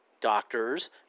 doctors